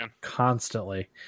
constantly